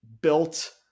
built